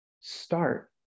start